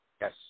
Yes